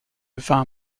vin